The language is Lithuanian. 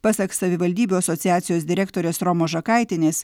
pasak savivaldybių asociacijos direktorės romos žakaitienės